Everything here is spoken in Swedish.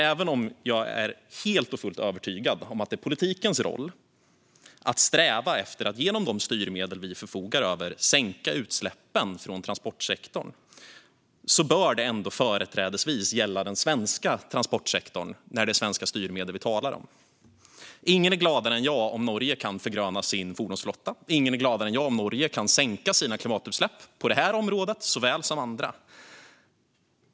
Även om jag är helt och fullt övertygad om att det är politikens roll att sträva efter att genom de styrmedel vi förfogar över sänka utsläppen från transportsektorn bör det ändå företrädesvis gälla den svenska transportsektorn när det är svenska styrmedel vi talar om. Ingen är gladare än jag om Norge kan förgröna sin fordonsflotta. Ingen är gladare än jag om Norge kan sänka sina klimatutsläpp på det här området såväl som andra.